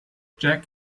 jack